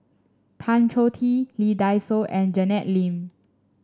Tan Choh Tee Lee Dai Soh and Janet Lim